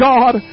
God